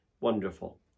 wonderful